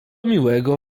miłego